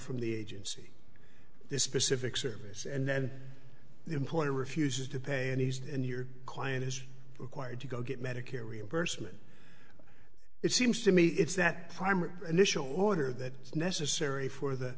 from the agency the specific service and then the employer refuses to pay and used in your client is required to go get medicare reimbursement it seems to me it's that primary initial order that is necessary for the